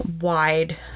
wide